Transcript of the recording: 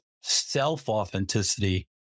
self-authenticity